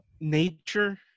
nature